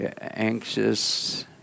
Anxious